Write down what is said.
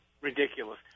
ridiculous